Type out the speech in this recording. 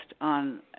on